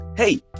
Hey